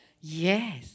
Yes